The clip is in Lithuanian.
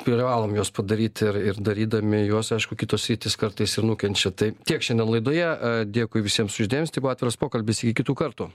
privalom juos padaryt ir ir darydami juos aišku kitos sritys kartais ir nukenčia tai tiek šiandien laidoje dėkui visiems už dėmesį tai buvo atviras pokalbis iki kitų kartų